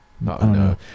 no